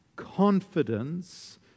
confidence